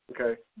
okay